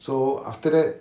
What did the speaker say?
so after that